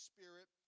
Spirit